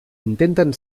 intenten